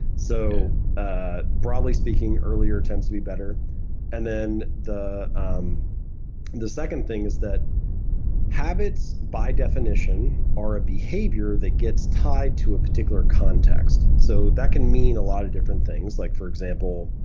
so ah broadly speaking, earlier tends to be better and the um the second thing is that habits by definition are a behavior that gets tied to a particular context. so that can mean a lot of different things. like for example,